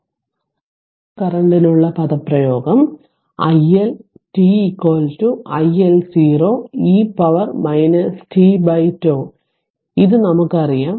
അതിനാൽ ഇൻഡക്റ്റർ കറന്റിനുള്ള പദപ്രയോഗം i L t i L 0 e പവറിലേക്ക് t τ ഇത് നമുക്കറിയാം